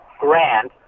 grand